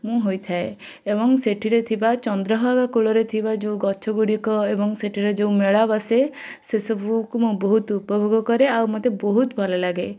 ମୁଁ ହୋଇଥାଏ ଏବଂ ସେଠିରେ ଥିବା ଚନ୍ଦ୍ରଭାଗା କୂଳରେ ଥିବା ଯୋଉ ଗଛଗୁଡ଼ିକ ଏବଂ ସେଠାରେ ଯୋଉ ମେଳା ବସେ ସେ ସବୁକୁ ମୁଁ ବହୁତ ଉପଭୋଗ କରେ ଆଉ ମୋତେ ବହୁତ ଭଲଲାଗେ